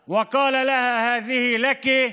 המוסריות וזולתן הנובעות מכך.